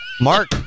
mark